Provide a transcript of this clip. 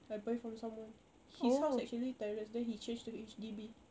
I buy from someone his house actually terrace then he changed to H_D_B